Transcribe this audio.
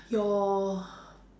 your